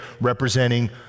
representing